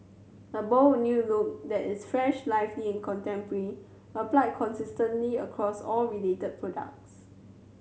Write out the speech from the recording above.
a bold new look that is fresh lively and contemporary applied consistently across all related products